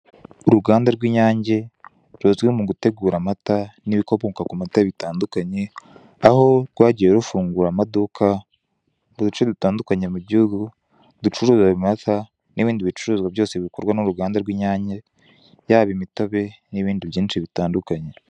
Uruganda rw'inyange ruzwi mu gutegura amata n'ibikomoka ku mata bitandukanye aho rwagiye rufungura amaduka mu duce dutandukanye mu gihugu ducuruza ayo mata n'ibindi bicuruzwa byose bikorwa n'uruganda rw'inyange yaba imitobe n'ibindi byinshi bitandukanye.